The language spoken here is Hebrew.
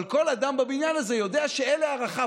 אבל כל אדם בבניין הזה יודע שאלה ערכיו.